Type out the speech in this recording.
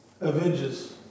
Avengers